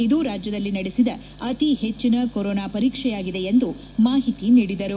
ಇದು ರಾಜ್ಯದಲ್ಲಿ ನಡೆದ ಅತಿ ಹೆಚ್ಚಿನ ಕೊರೋನಾ ಪರೀಕ್ಷೆಯಾಗಿದೆ ಎಂದು ಮಾಹಿತಿ ನೀಡಿದರು